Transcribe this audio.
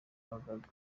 ababagana